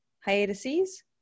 hiatuses